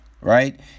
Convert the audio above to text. Right